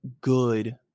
good